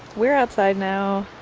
we're outside now,